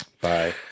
Bye